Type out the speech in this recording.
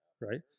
right